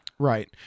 Right